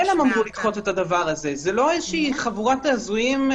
-- זה לא חבורת הזויים,